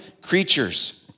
creatures